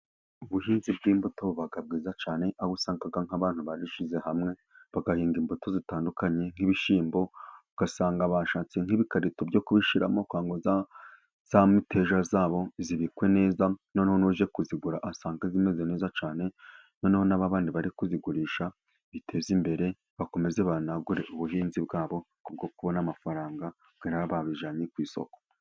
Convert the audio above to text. Ubuhinzi bw'imbuto buba bwiza cyane, aho usanga nk'abantu bashyize hamwe bagahinga imbuto zitandukanye, nk'ibishyimbo, ugasanga bashatse nk'ibikarito byo kubishyiramo kugira ngo ya miteja yabo ibikwe neza, noneho uje kuyigura usanga imeze neza cyane. Noneho n’abandi bari kuyigurisha biteje imbere, bakomeze banagure ubuhinzi bwabo, kubera kubona amafaranga, babijyane ku isoko.